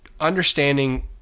understanding